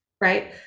right